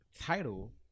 title